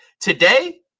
today